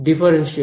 differential